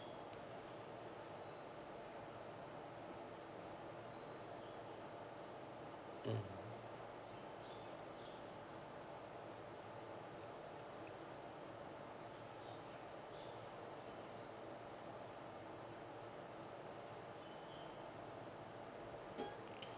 mm